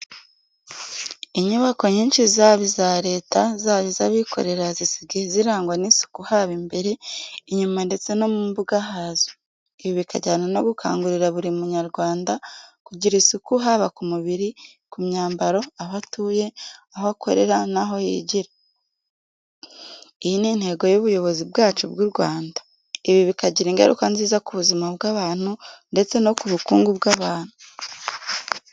Inyubako nyinshi zaba iza Leta, zaba iz'abikorera zisigaye zirangwa n'isuku haba imbere, inyuma ndetse no mu mbuga hazo. Ibi bikajyana no gukangurira buri munyarwanda kugira isuku haba ku mubiri, ku myambaro, aho atuye, aho akorera n'aho yigira. Iyi ni intego y'ubuyobozi bwacu bw'u Rwanda. Ibi bikagira ingaruka nziza ku buzima bw'abantu ndetse no ku bukungu bwabo.